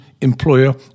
employer